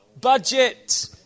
Budget